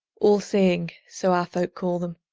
all-seeing, so our folk call them,